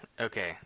Okay